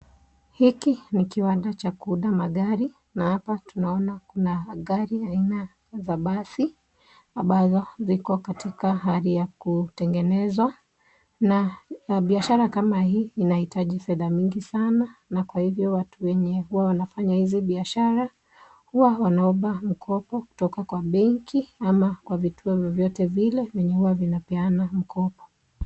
Hiki ni kiwanda cha kuunda magari, na hapa tunaona kuna gari aina za basi, ambazo ziko katika hali ya kutengenezwa, na biashara kama hii inahitaji fedha mingi sana, na kwa hivo watu wenye huwa anafanya hizi biashara, huwa wanaomba mkopo kutoka kwa benki, ama kwa vituo vyovyote vile vyenye huwa vinapeana mkopo.